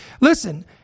listen